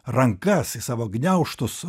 rankas į savo gniaužtus